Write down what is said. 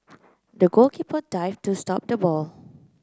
the goalkeeper dived to stop the ball